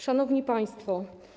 Szanowni Państwo!